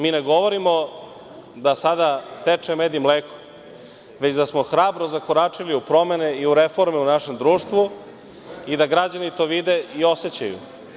Mi ne govorimo da sada teče med i mleko, već da smo hrabro zakoračili u promene i u reforme u našem društvu i da građani to vide i osećaju.